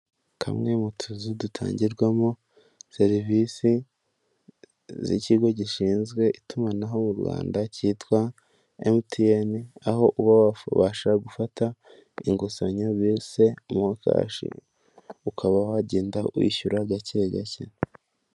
Kamwe mu tuzu dutangirwamo serivisi z'ikigo gishinzwe itumanaho mu Rwanda cyitwa emutiyene aho ubasha gufata inguzanyo bise mokashi ukaba wagenda wishyura gake gake.